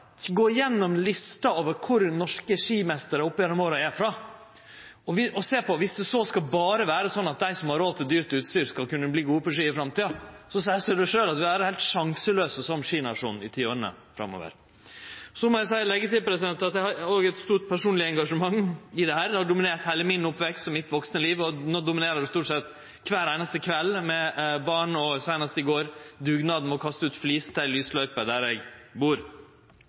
gå igjennom lista over kor norske skimeistrar opp gjennom åra er frå, og dersom det skal vere slik at det berre er dei som har råd til dyrt utstyr, som skal kunne verte gode på ski i framtida, seier det seg sjølv at vi vil vere heilt sjanselause som skinasjon i tiåra framover. Så må eg leggje til at eg har òg eit stort personleg engasjement i dette – dette har dominert heile oppveksten og mitt vaksne liv, og no dominerer det stort sett kvar einaste kveld med barn òg, seinast i går, med dugnaden med å kaste ut flis til ei lysløype der eg bur.